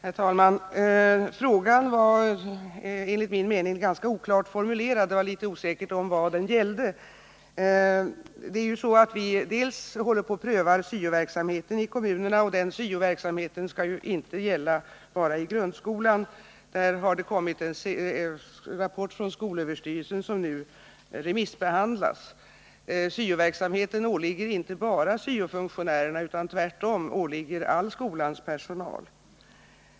Herr talman! Frågan var enligt min mening ganska oklart formulerad, och det var litet osäkert vad den gällde. Vi är ju bl.a. i färd med att pröva SYO-verksamheten i kommunerna, och den SYO-verksamheten skall inte gälla bara i grundskolan. Det har kommit en rapport om detta från skolöverstyrelsen som nu remissbehandlas. SYO-verksamheten åligger inte bara SYO-funktionärerna utan åligger all skolans personal.